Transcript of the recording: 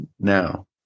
now